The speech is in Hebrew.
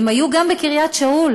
הם היו גם בקריית שאול,